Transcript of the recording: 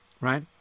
right